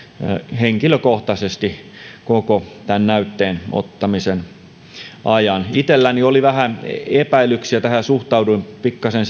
henkilökohtaisesti koko tämän näytteen ottamisen ajan itselläni oli vähän epäilyksiä suhtauduin tähän pikkasen